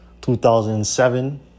2007